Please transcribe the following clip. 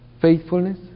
faithfulness